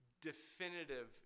definitive